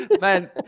Man